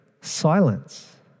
silence